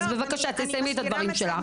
אז בבקשה, תסיימי את הדברים שלך.